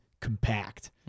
compact